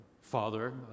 father